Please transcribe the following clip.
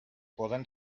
poden